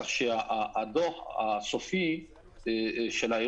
כך שלוקח זמן לעבד את הדוח הסופי של האירוע,